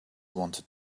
wanted